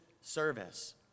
service